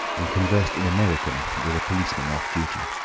and conversed in american with a policeman off duty.